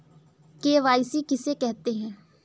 KYC किसे कहते हैं?